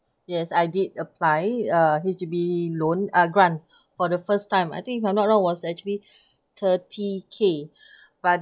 yes I did apply uh H_D_B loan uh grant for the first time I think if I'm not wrong was actually thirty K but